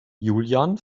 julian